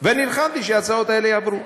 ונלחמתי שההצעות האלה יעברו,